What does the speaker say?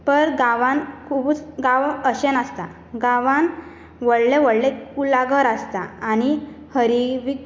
पर गांवांत खुबूच गांवांत अशें नासता गांवांत व्हडलें व्हडलें कुळागर आसता आनी हरी